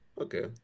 okay